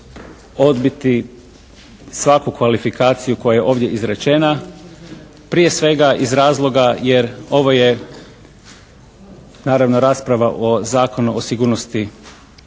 odbiti svaku kvalifikaciju koja je ovdje izrečena. Prije svega iz razloga jer ovo je naravno rasprava o Zakonu o sigurnosti,